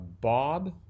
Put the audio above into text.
Bob